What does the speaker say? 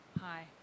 Hi